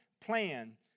plan